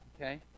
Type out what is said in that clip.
Okay